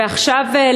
ועכשיו,